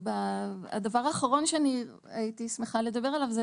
הדבר האחרון שאני הייתי שמחה לדבר עליו זה